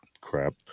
crap